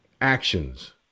Actions